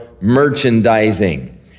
merchandising